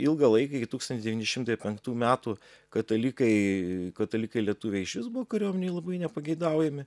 ilgą laiką iki tūkstantis devyni šimtai penktų metų katalikai katalikai lietuviai išvis buvo kariuomenėj labai nepageidaujami